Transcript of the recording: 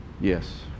Yes